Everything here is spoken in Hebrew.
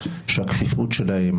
שהכפיפות שלהם,